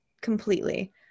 completely